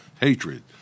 hatred